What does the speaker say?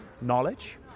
knowledge